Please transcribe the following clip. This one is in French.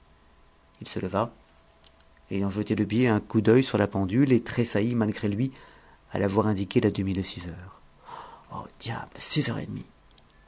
il se leva ayant jeté de biais un coup d'œil sur la pendule et tressailli malgré lui à la voir indiquer la demie de six heures oh diable six heures et demie